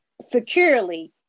securely